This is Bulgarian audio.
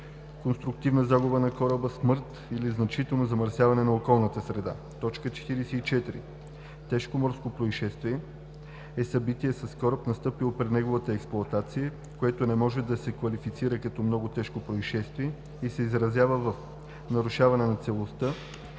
конструктивна загуба на кораба, смърт или значително замърсяване на околната среда. 44. „Тежко морско произшествие“ е събитие с кораб, настъпило при неговата експлоатация, което не може да се квалифицира като много тежко произшествие и се изразява във: нарушаване на целостта